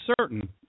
certain